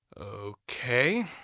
Okay